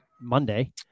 Monday